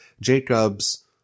Jacob's